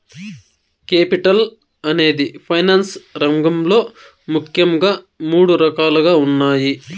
capital అనేది finance రంగంలో ముఖ్యంగా మూడు రకాలుగా ఉన్నాయి